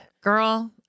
Girl